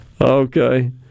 Okay